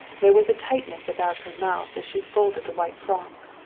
there was a tightness about her mouth as she folded the white frock.